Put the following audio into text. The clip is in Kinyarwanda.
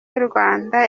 y’urwanda